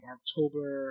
October